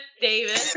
David